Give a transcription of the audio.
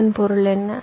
இதன் பொருள் என்ன